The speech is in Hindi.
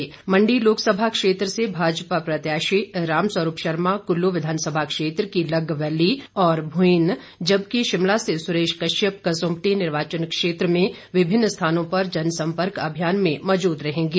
इसी तरह मंडी लोकसभा क्षेत्र से भाजपा प्रत्यशी रामस्वरूप शर्मा कल्लू विधानसभा क्षेत्र की लगबैली और भूईन जबकि शिमला से सुरेश कश्यप कसुम्पटी निर्वाचन क्षेत्र में विभिन्न स्थानों पर जनसम्पर्क अभियान में मौजूद रहेंगे